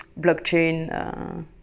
blockchain